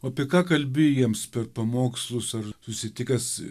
apie ką kalbi jiems per pamokslus ar susitikęs